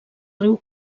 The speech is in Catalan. riu